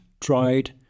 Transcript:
tried